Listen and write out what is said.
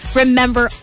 remember